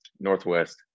Northwest